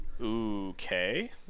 Okay